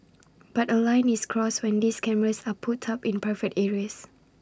but A line is crossed when these cameras are put up in private areas